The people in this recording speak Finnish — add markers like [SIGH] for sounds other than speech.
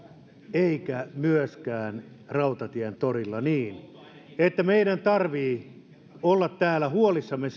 eikä myöskään rautatientori niin että meidän tarvitsee olla täällä huolissamme [UNINTELLIGIBLE]